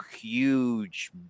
huge